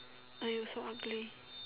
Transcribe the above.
!aiyo! so ugly